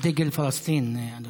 דגל פלסטין.